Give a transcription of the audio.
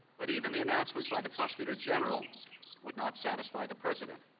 but even the announcement by the prosecutor general would not satisfy the president.